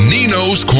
Nino's